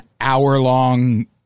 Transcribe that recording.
hour-long